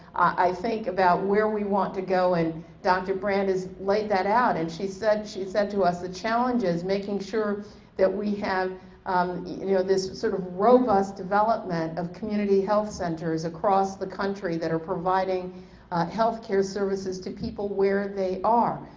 i think about where we want to go and dr. brand has laid that out and she said she said to us the challenges making sure that we have um you know this sort of robust development of community health centers across the country that are providing health care services to people where they are.